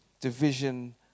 Division